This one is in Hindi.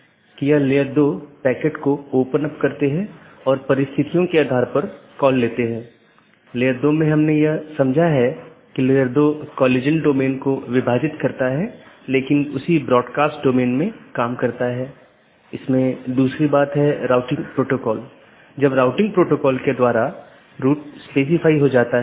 इसका मतलब है कि यह एक प्रशासनिक नियंत्रण में है जैसे आईआईटी खड़गपुर का ऑटॉनमस सिस्टम एक एकल प्रबंधन द्वारा प्रशासित किया जाता है यह एक ऑटॉनमस सिस्टम हो सकती है जिसे आईआईटी खड़गपुर सेल द्वारा प्रबंधित किया जाता है